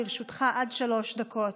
לרשותך עד שלוש דקות.